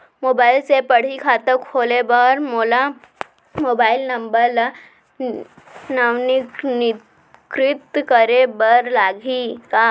Mobile से पड़ही खाता खोले बर मोला मोबाइल नंबर ल नवीनीकृत करे बर लागही का?